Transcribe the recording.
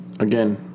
Again